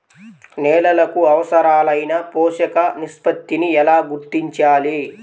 నేలలకు అవసరాలైన పోషక నిష్పత్తిని ఎలా గుర్తించాలి?